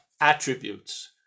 attributes